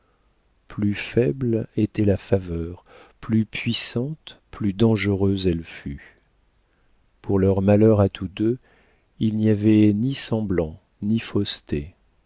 plus faible était la faveur plus puissante plus dangereuse elle fut pour leur malheur à tous deux il n'y avait ni semblant ni fausseté